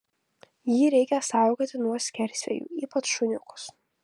jį reikia saugoti nuo skersvėjų ypač šuniukus